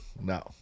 No